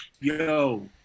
yo